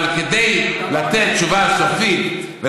אבל זה כבר שלוש שנים כך.